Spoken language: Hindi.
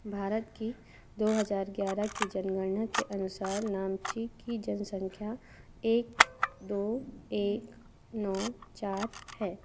भारत की दो हजार ग्यारह की जनगणना के अनुसार नामची की जनसंख्या एक दो एक नौ चार है